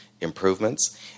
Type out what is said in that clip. improvements